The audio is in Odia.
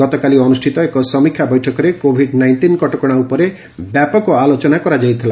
ଗତକାଲି ଅନୁଷ୍ଠିତ ଏକ ସମୀକ୍ଷା ବୈଠକରେ କୋଭିଡ ନାଇଷ୍ଟିନ୍ କଟକଣା ଉପରେ ବ୍ୟାପକ ଆଲୋଚନା କରାଯାଇଥିଲା